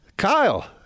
Kyle